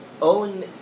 Own